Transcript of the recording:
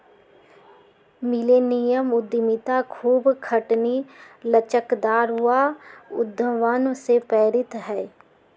millennium उद्यमिता खूब खटनी, लचकदार आऽ उद्भावन से प्रेरित हइ